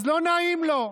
אז לא נעים לו,